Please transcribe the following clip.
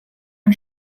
ein